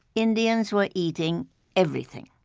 indians were eating everything.